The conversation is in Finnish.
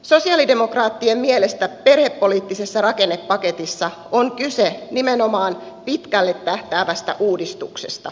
sosialidemokraattien mielestä perhepoliittisessa rakennepaketissa on kyse nimenomaan pitkälle tähtäävästä uudistuksesta